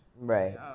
Right